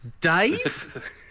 Dave